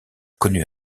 connut